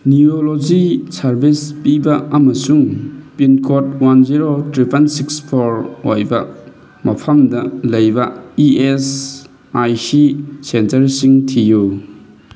neurology service ꯄꯤꯕ ꯑꯃꯁꯨꯡ pin code one zero triple six four ꯑꯣꯏꯕ ꯃꯐꯝꯗ ꯂꯩꯕ ꯏ ꯑꯦꯁ ꯑꯥꯏ ꯁꯤ ꯁꯦꯟꯇ꯭ꯔꯁꯤꯡ ꯊꯤꯌꯨ